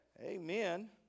Amen